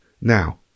Now